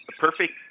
perfect